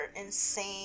insane